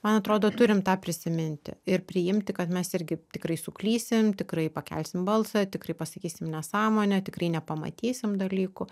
man atrodo turim tą prisiminti ir priimti kad mes irgi tikrai suklysim tikrai pakelsim balsą tikrai pasakysim nesąmonė tikrai nepamatysim dalykų